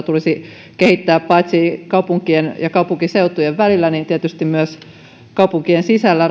tulisi kehittää rataverkostoa kaupunkien ja kaupunkiseutujen välillä ja tietysti myös raideyhteyksiä kaupunkien sisällä